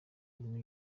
ibintu